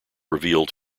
revealed